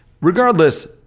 regardless